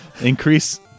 Increase